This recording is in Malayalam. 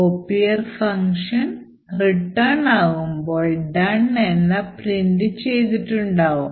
Copier ഫംഗ്ഷൻ റിട്ടേൺ ആകുമ്പോൾ "done" എന്ന് പ്രിൻറ് ചെയ്തിട്ടുണ്ടാകും